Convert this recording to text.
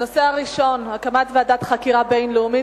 הנושא הראשון: הקמת ועדת חקירה בין-לאומית